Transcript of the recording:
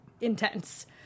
intense